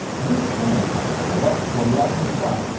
use thinner guitar picks, ola, for the absolute funk,